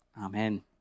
Amen